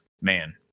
man